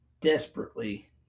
Desperately